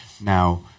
Now